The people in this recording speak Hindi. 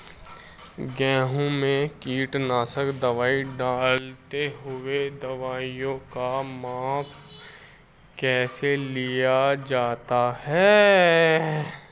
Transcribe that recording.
गेहूँ में कीटनाशक दवाई डालते हुऐ दवाईयों का माप कैसे लिया जाता है?